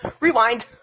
Rewind